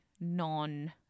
non